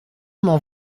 m’en